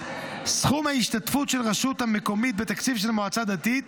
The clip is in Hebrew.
סכום ההשתתפות של הרשות המקומית בתקציב של המועצה הדתית,